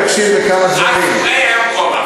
אומר חבר הכנסת מקלב: היית מבקש ממנו את כל הראש,